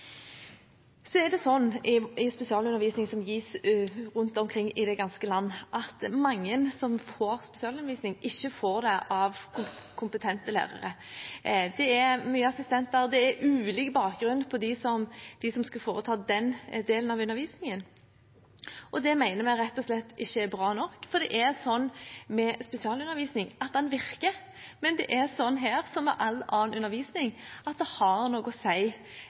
så langt som de hadde både kunnet og villet. Når det gjelder spesialundervisningen som gis rundt omkring i det ganske land, er det sånn at mange som får spesialundervisning, ikke får det av kompetente lærere. Det er mye assistenter, det er ulik bakgrunn for dem som skal foreta den delen av undervisningen. Det mener vi rett og slett ikke er bra nok, for det er sånn med spesialundervisning at den virker, men her, som med all annen undervisning, har det noe å